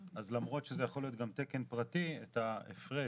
אז למרות שזה יכול להיות גם תקן פרטי, את ההפרש